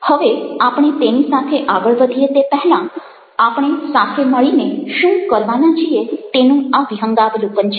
હવે આપણે તેની સાથે આગળ વધીએ તે પહેલાં આપણે સાથે મળીને શું કરવાના છીએ તેનું આ વિહંગાવલોકન છે